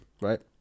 right